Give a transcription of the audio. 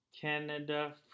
Canada